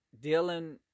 dealing